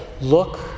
look